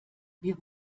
wir